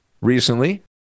recently